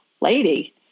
lady